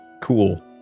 cool